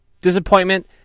Disappointment